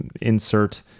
insert